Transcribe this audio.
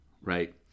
right